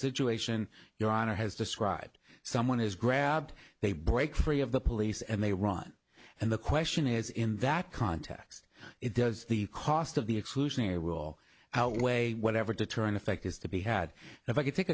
situation your honor has described someone has grabbed they break free of the police and they run and the question is in that context it does the cost of the exclusionary rule how way whatever deterrent effect is to be had if i can take